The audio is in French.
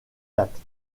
date